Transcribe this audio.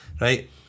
right